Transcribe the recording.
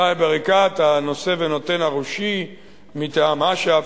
סאיב עריקאת, הנושא ונותן הראשי מטעם אש"ף,